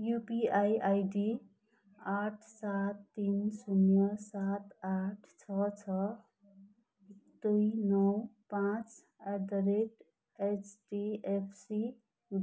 UPI ID आठ सात तिन शून्य सात आठ छ छ दुई नौ पाँच एट द रेट एचडिएफसी